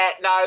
no